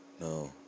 No